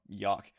yuck